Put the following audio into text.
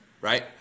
right